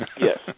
yes